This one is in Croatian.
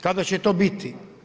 Kada će to biti?